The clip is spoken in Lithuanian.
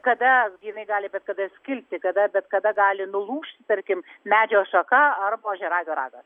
kada jinai gali bet kada skilti kada bet kada gali nulūžti tarkim medžio šaka arba ožiaragio ragas